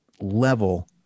level